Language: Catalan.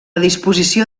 disposició